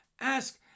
Ask